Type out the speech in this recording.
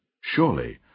Surely